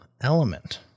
element